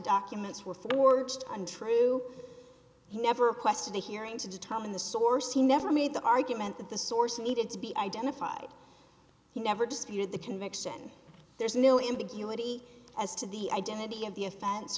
documents were forged untrue he never requested a hearing to determine the source he never made the argument that the source needed to be identified he never disputed the conviction there's no ambiguity as to the identity of the offen